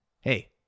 Hey